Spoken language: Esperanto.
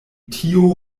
tio